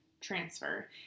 transfer